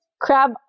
crab